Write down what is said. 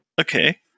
Okay